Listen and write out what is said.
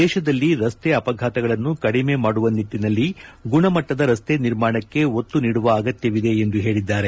ದೇಶದಲ್ಲಿ ರಸ್ತೆ ಅಪಘಾತಗಳನ್ನು ಕಡಿಮೆ ಮಾಡುವ ನಿಟ್ಲನಲ್ಲಿ ಗುಣಮಟ್ಲದ ರಸ್ತೆ ನಿರ್ಮಾಣಕ್ಕೆ ಒತ್ತು ನೀಡುವ ಅಗತ್ಯವಿದೆ ಎಂದು ಹೇಳಿದ್ದಾರೆ